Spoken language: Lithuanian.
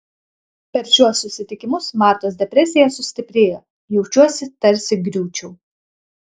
per šiuos susitikimus martos depresija sustiprėjo jaučiuosi tarsi griūčiau